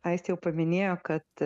aistė jau paminėjo kad